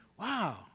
wow